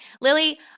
Lily